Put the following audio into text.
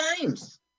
times